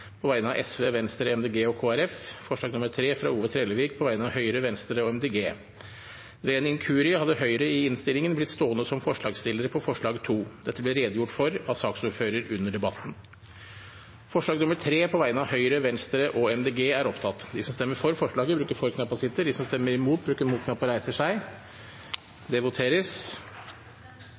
på vegne av Sosialistisk Venstreparti, Venstre, Miljøpartiet De Grønne og Kristelig Folkeparti forslag nr. 3, fra Ove Trellevik på vegne av Høyre, Venstre og Miljøpartiet De Grønne Ved en inkurie hadde Høyre i innstillingen blitt stående som forslagsstillere på forslag nr. 2. Dette ble redegjort for av saksordfører under debatten. Det voteres over forslag nr. 3, fra Høyre, Venstre og Miljøpartiet De Grønne. Forslaget